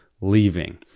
leaving